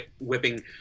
whipping